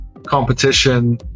Competition